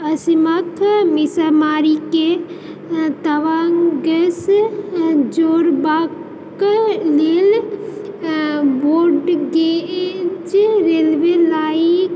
असमक मिसामारीकेँ तवांगसँ जोड़बाक लेल ब्रॉड गेज रेलवे